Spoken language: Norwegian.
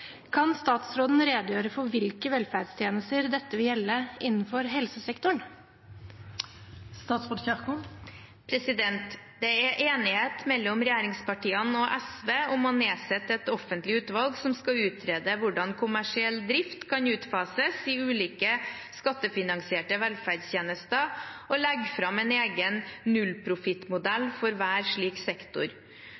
Kan statsråden redegjøre for hvilke velferdstjenester dette vil gjelde innenfor helsesektoren?» Det er enighet mellom regjeringspartiene og SV om å nedsette et offentlig utvalg som skal utrede hvordan kommersiell drift kan utfases i ulike skattefinansierte velferdstjenester, og legge fram en egen